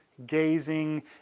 gazing